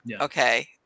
Okay